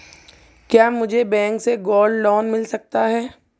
क्या मुझे बैंक से गोल्ड लोंन मिल सकता है?